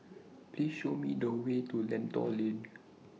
Please Show Me The Way to Lentor Lane